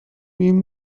این